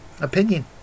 opinion